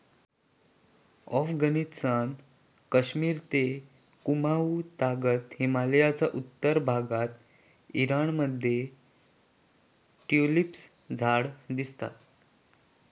अफगणिस्तान, कश्मिर ते कुँमाउ तागत हिमलयाच्या उत्तर भागात ईराण मध्ये ट्युलिपची झाडा दिसतत